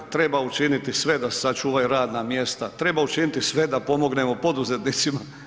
Treba učiniti sve da se sačuvaju radna mjesta, treba učiniti sve da pomognemo poduzetnicima.